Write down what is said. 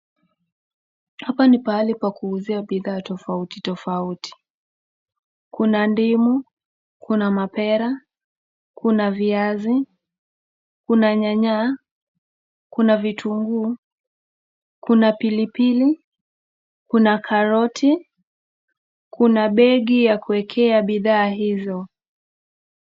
Hapa ni pahali pa kuuzia bidhaa tofauti tofauti Kuna ndimu, Kuna mapera, Kuna viazi, Kuna nyanya, Kuna vitunguu, Kuna pilipili, Kuna karoti Kuna begi ya kuwekea bidhaa hizo.